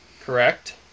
Correct